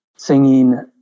singing